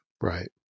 Right